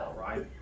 right